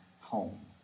home